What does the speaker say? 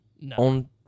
No